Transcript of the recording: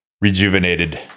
rejuvenated